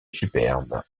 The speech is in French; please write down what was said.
superbe